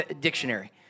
Dictionary